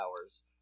hours